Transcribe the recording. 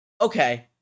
okay